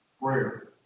Prayer